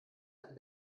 einen